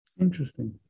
Interesting